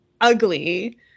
ugly